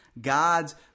God's